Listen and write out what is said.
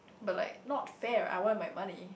but like not fair I want my money